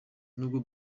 nubwo